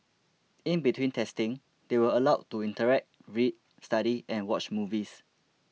in between testing they were allowed to interact read study and watch movies